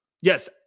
yes